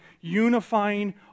unifying